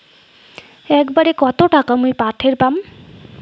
একবারে কত টাকা মুই পাঠের পাম?